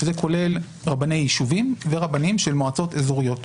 שזה כולל רבני יישובים ורבנים של מועצות אזוריות.